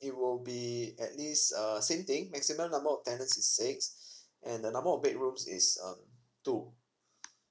it will be at least err same thing maximum number of tenant is six and the number of bedrooms is um two